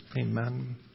amen